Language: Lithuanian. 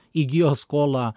įgijo skolą